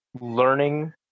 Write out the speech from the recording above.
learning